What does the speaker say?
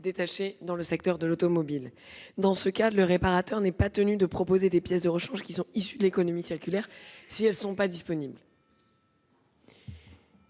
détachées dans le secteur de l'automobile : très logiquement, le réparateur n'est pas tenu de proposer des pièces de rechange issues de l'économie circulaire si elles ne sont pas disponibles.